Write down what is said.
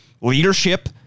leadership